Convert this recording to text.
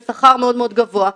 בשכר מאוד מאוד גבוה,